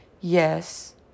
Yes